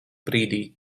brīdī